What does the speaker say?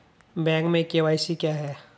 Bank में KYC क्या है?